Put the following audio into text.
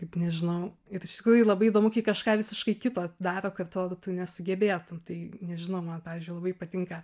kaip nežinau ir iš tikrųjų labai įdomu kažką visiškai kito daro kad atrodo tu nesugebėtum tai nežinau man pavyzdžiui labai patinka